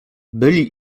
byli